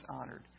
honored